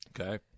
Okay